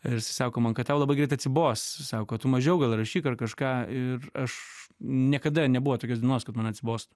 ir sako man kad tau labai greit atsibos sako kad tu mažiau gal rašyk ar kažką ir aš niekada nebuvo tokios dienos kad man atsibostų